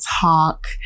talk